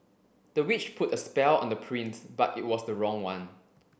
the witch put a spell on the prince but it was the wrong one